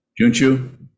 Junchu